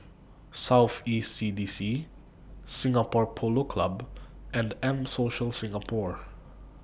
South East CDC Singapore Polo Club and M Social Singapore